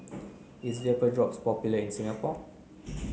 is Vapodrops popular in Singapore